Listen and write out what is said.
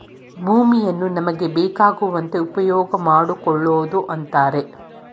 ಭೂಮಿಯನ್ನು ನಮಗೆ ಬೇಕಾಗುವಂತೆ ಉಪ್ಯೋಗಮಾಡ್ಕೊಳೋದು ಅಂತರೆ